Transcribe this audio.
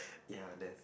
ya that's